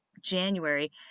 january